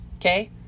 okay